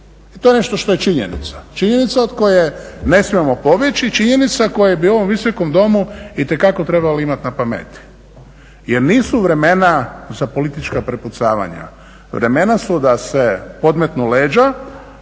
i to je nešto što je činjenica. Činjenica od koje ne smijemo pobjeći, činjenica koju bi u ovom Viskom domu itekako trebali imati na pameti. Jer nisu vremena za politička prepucavanja, vremena su da se podmetnu leđa